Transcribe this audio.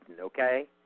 okay